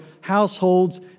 households